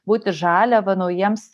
būti žaliava naujiems